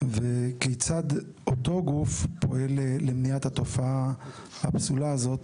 וכיצד אותו גוף פועל למניעת התופעה הפסולה הזאת,